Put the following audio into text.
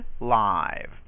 live